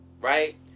Right